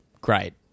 great